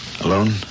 Alone